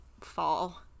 fall